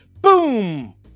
Boom